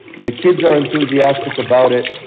the kids are enthusiastic about it.